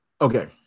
Okay